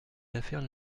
affaires